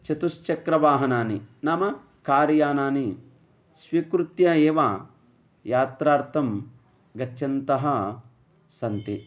चतुश्चक्रवाहनानि नाम कार् यानानि स्वीकृत्य एव यात्रार्थं गच्छन्तः सन्ति